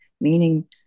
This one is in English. meaning